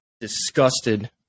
disgusted